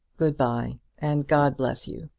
good-bye, and god bless you.